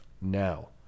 Now